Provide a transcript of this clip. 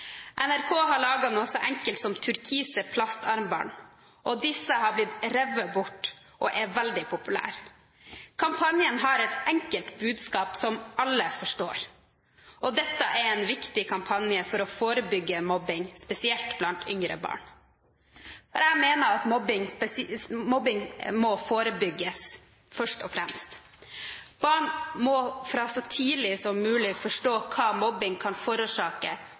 NRK har laget noe så enkelt som turkise plastarmbånd. Disse har blitt revet bort og er veldig populære. Kampanjen har et enkelt budskap som alle forstår. Dette er en viktig kampanje for å forebygge mobbing, spesielt blant yngre barn. Jeg mener at mobbing først og fremst må forebygges. Barn må så tidlig som mulig forstå hva mobbing kan forårsake,